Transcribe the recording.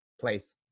place